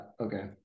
Okay